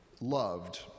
loved